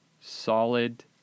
solid